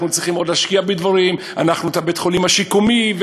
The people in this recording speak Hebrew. אנחנו צריכים עוד להשקיע בדברים את בית-החולים השיקומי.